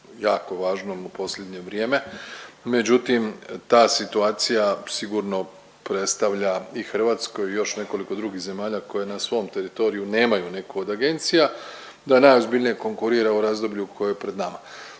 jako važnom u posljednje vrijeme, međutim ta situacija sigurno predstavlja i Hrvatskoj i još nekoliko drugih zemalja koje na svom teritoriju nemaju neku od agencija da najozbiljnije konkurira u razdoblju koje je pred nama.